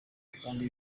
kandi